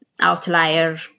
outlier